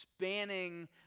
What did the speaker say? spanning